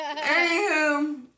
Anywho